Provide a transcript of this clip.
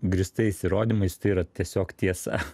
grįstais įrodymais tai yra tiesiog tiesa